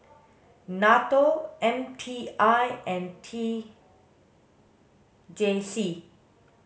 NATO M T I and T J C